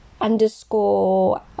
underscore